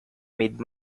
made